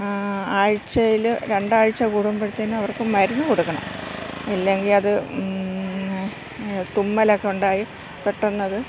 ആഴ്ചയിൽ രണ്ടാഴ്ച കൂടുമ്പോഴത്തേക്കും അവർക്ക് മരുന്ന് കൊടുക്കണം ഇല്ലെങ്കിൽ അത് തുമ്മലക്കെ ഉണ്ടായി പെട്ടന്ന്